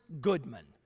Goodman